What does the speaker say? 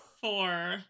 Four